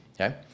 okay